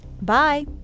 Bye